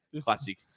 Classic